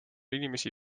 inimesi